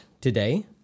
today